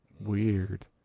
Weird